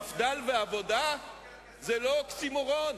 מפד"ל ועבודה זה לא אוקסימורון,